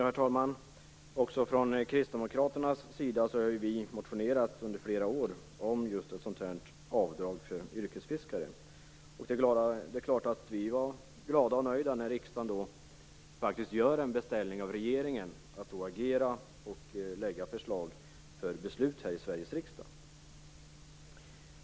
Herr talman! Också vi kristdemokrater har motionerat under flera år om just ett sådant här avdrag för yrkesfiskare, och vi var förstås glada och nöjda när riksdagen faktiskt gjorde en beställning hos regeringen om att agera och lägga fram ett förslag för beslut här i Sveriges riksdag.